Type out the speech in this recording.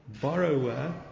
borrower